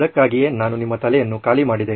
ಅದಕ್ಕಾಗಿಯೇ ನಾನು ನಿಮ್ಮ ತಲೆಯನ್ನು ಖಾಲಿ ಮಾಡಿದೆ